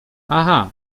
aha